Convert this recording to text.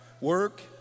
Work